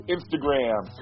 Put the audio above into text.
Instagram